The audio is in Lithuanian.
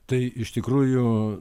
tai iš tikrųjų